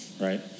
right